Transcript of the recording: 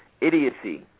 Idiocy